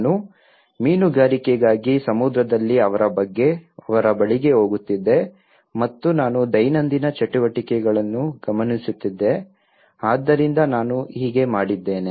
ನಾನು ಮೀನುಗಾರಿಕೆಗಾಗಿ ಸಮುದ್ರದಲ್ಲಿ ಅವರ ಬಳಿಗೆ ಹೋಗುತ್ತಿದ್ದೆ ಮತ್ತು ನಾನು ದೈನಂದಿನ ಚಟುವಟಿಕೆಗಳನ್ನು ಗಮನಿಸುತ್ತಿದ್ದೆ ಆದ್ದರಿಂದ ನಾನು ಹೀಗೆ ಮಾಡಿದ್ದೇನೆ